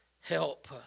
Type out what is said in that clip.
help